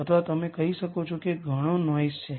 જે 3 1 n n by n છે